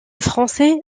français